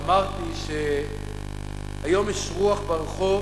ואמרתי שהיום יש רוח ברחוב,